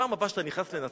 בפעם הבאה שאתה נכנס לנצרת,